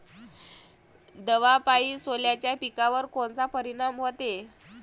दवापायी सोल्याच्या पिकावर कोनचा परिनाम व्हते?